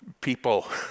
People